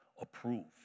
approved